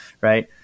right